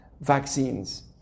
vaccines